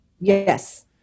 Yes